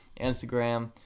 Instagram